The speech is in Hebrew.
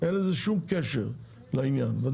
אין לזה שום קשר לרישוי עסקים.